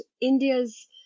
India's